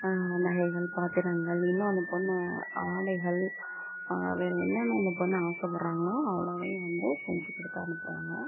நகைகள் பாத்திரங்கள் இன்னும் அந்த பொண்ணை ஆடைகள் வேறு என்னென்ன அந்த பொண்ணு ஆசைப்பட்றாங்களோ அவ்வளோவையும் வந்து செஞ்சு கொடுத்து அனுப்புகிறாங்க